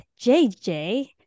JJ